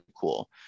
cool